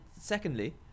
secondly